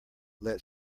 let